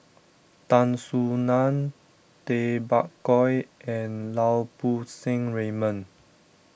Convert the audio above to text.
Tan Soo Nan Tay Bak Koi and Lau Poo Seng Raymond